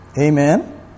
amen